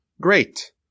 great